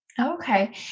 Okay